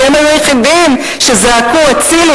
כי הם היו היחידים שזעקו "הצילו",